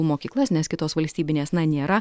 mokyklas nes kitos valstybinės na nėra